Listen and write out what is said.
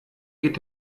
geht